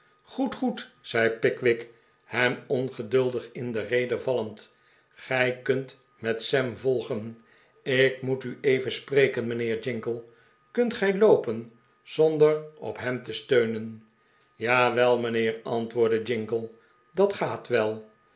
goed goed zei pickwick hem ongeduldig in de rede vallend gij kunt met sam volgen ik moet u even spreken mijnheer jingle kunt gij loopen zonder op hem te steunen jawel mijnheer antwoordde jingle dat gaat wel